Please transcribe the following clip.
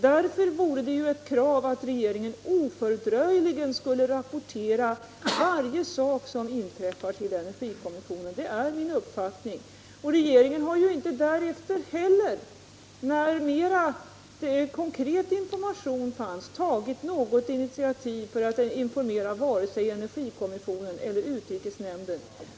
Därför är det ett krav att regeringen till energikommissionen ofördröjligen rapporterar allt som inträffar. Det är min uppfattning. Regeringen har inte heller när mera konkret information fanns tagit något initiativ för att informera vare sig energikommissionen eller utrikesnämnden.